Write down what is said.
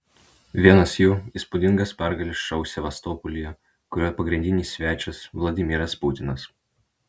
vienas jų įspūdingas pergalės šou sevastopolyje kurio pagrindinis svečias vladimiras putinas